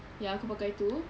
ya aku pakai tu